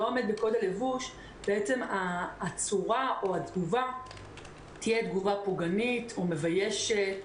לא עומד בקוד הלבוש התגובה תהיה פוגענית או מביישת.